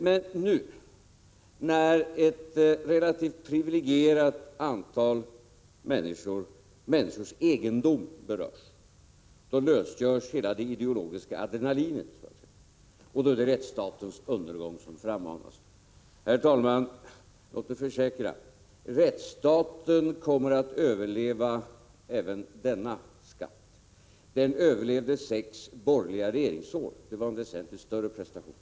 Men nu, när ett antal relativt privilegierade människors egendom berörs, då lösgörs hela det ideologiska adrenalinet, så att säga, och då är det rättsstatens undergång som frammanas. Herr talman! Låt mig försäkra att rättsstaten kommer att överleva även denna skatt. Den överlevde sex borgerliga regeringsår, och det var en väsentligt större prestation.